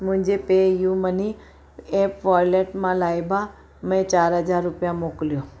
मुंहिंजे PayU money app wallet मां लाइबा में चारि हज़ार रुपया मोकिलियो